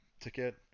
ticket